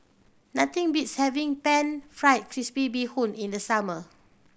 nothing beats having Pan Fried Crispy Bee Hoon in the summer